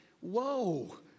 Whoa